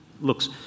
looks